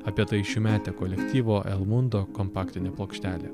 apie tai šiųmetė kolektyvo el mundo kompaktinė plokštelė